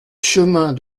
chemin